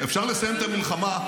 אפשר לסיים את המלחמה,